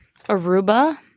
Aruba